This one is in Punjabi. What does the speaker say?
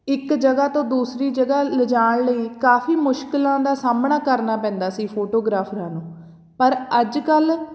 ਇੱਕ ਜਗ੍ਹਾ ਤੋਂ ਦੂਸਰੀ ਜਗ੍ਹਾ ਲਿਜਾਣ ਲਈ ਕਾਫੀ ਮੁਸ਼ਕਿਲਾਂ ਦਾ ਸਾਹਮਣਾ ਕਰਨਾ ਪੈਂਦਾ ਸੀ ਫੋਟੋਗ੍ਰਾਫਰਾਂ ਨੂੰ ਪਰ ਅੱਜ ਕੱਲ੍ਹ